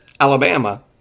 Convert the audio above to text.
Alabama